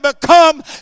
become